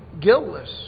guiltless